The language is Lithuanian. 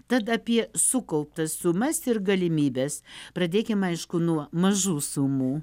tad apie sukauptas sumas ir galimybes pradėkim aišku nuo mažų sumų